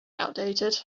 outdated